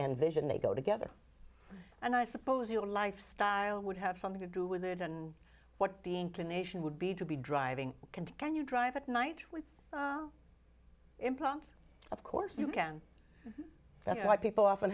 envision they go together and i suppose your lifestyle would have something to do with it and what the inclination would be to be driving can can you drive at night with implants of course you can that's why people often